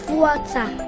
water